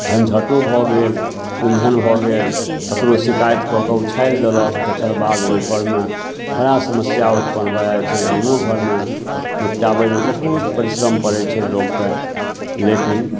झन्झटो भऽ गेल उलझन भऽ गेल ककरो शिकायत कऽ कऽ उछालि देलक तकर बाद ओहिपरमे बड़ा समस्या उत्पन्न भऽ जाइ छै गामो घरमे निपटाबैमे बहुत परिश्रम पड़ै छै लोककेँ लेकिन